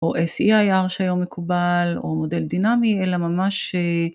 או se IR שהיום מקובל, או מודל דינמי, אלא ממש